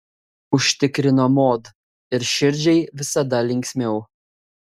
užtikrino mod ir širdžiai visada linksmiau